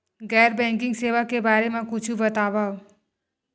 गैर बैंकिंग सेवा के बारे म कुछु बतावव?